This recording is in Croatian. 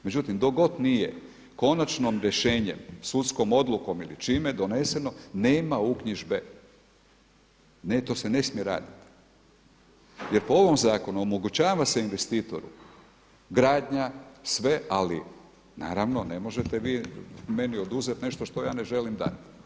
Međutim, dok god nije konačnim rješenjem, sudskom odlukom ili čime doneseno nema uknjižbe, ne to se ne smije raditi jer po ovom zakonu omogućava se investitoru gradnja sve, ali naravno ne možete vi meni oduzeti nešto što ja ne želim dati.